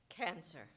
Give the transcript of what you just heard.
Cancer